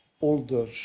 older